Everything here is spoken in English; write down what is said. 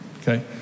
Okay